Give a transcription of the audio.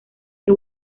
que